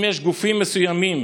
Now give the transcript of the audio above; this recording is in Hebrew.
אם יש גופים מסוימים